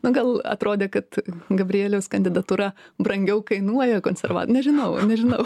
na gal atrodė kad gabrieliaus kandidatūra brangiau kainuoja konserva nežinau nežinau